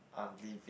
are living